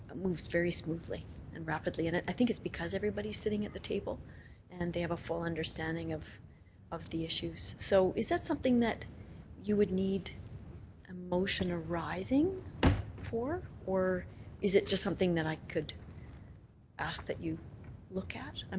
ah moves very smoothly and rapidly and i think it's because everybody's sitting at the table and they have a full understanding of of the issues. so is that something that you would need a motion arising for. or is it just something that i could ask that you look at? um